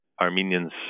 Armenians